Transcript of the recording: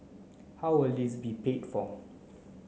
how will this be paid for